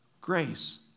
grace